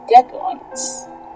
deadlines